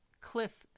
cliff